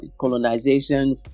colonization